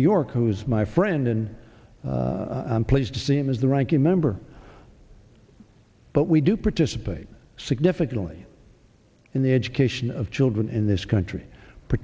new york who's my friend and i'm pleased to see him as the ranking member but we do participate significantly in the education of children in this country